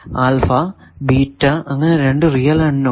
alpha beta അങ്ങനെ രണ്ടു real അൺ non